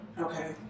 Okay